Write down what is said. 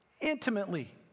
intimately